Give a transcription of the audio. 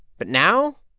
but now.